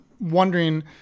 wondering